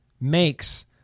makes